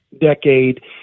decade